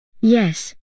Yes